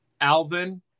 Alvin